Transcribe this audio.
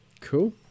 cool